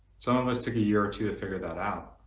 some almost took a year or two to figure that out